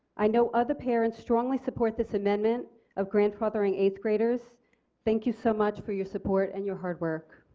i know other parents strongly support this amendment of grandfathering eighth-graders. thank you so much for your support and your hard work.